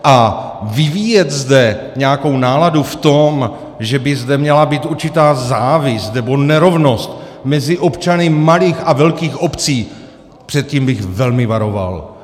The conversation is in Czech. A vyvíjet zde nějakou náladu v tom, že by zde měla být určitá závist nebo nerovnost mezi občany malých a velkých obcí, před tím bych velmi varoval.